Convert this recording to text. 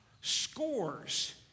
scores